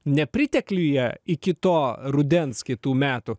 nepritekliuje iki to rudens kitų metų